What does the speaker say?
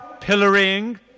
pillorying